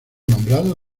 nombrado